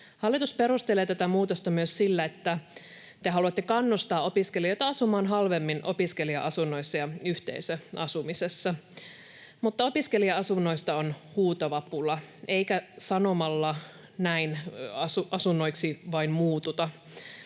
Hallitus perustelee tätä muutosta myös sillä, että te haluatte kannustaa opiskelijoita asumaan halvemmin opiskelija-asunnoissa ja yhteisöasumisessa, mutta opiskelija-asunnoista on huutava pula, eikä sanomalla näin asunnoiksi vain muututa